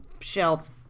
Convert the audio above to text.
shelf